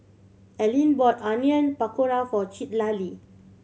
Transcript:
Allene bought Onion Pakora for Citlali